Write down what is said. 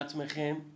בעצמכם